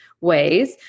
ways